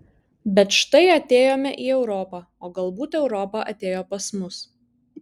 bet štai atėjome į europą o galbūt europa atėjo pas mus